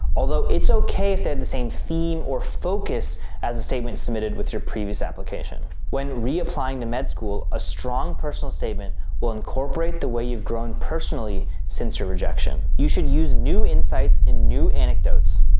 although it's okay if they have the same theme or focus as the statement submitted with your previous application. when reapplying to med school, a strong personal statement will incorporate the way you've grown personally since your rejection. you should use new insights and new anecdotes.